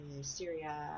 Syria